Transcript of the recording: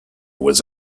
was